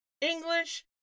English